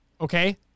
okay